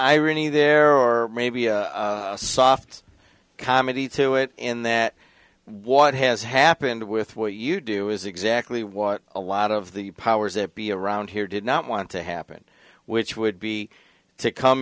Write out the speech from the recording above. irony there or maybe a soft comedy to it in that what has happened with what you do is exactly what a lot of the powers that be around here did not want to happen which would be to come